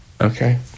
Okay